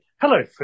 Hello